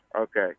Okay